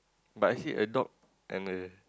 but I see a dog and a